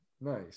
Nice